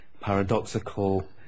paradoxical